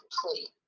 complete